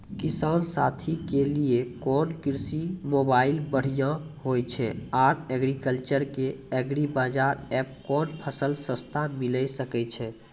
किसान साथी के लिए कोन कृषि मोबाइल बढ़िया होय छै आर एग्रीकल्चर के एग्रीबाजार एप कोन फसल सस्ता मिलैल सकै छै?